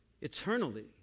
eternally